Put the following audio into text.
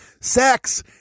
Sex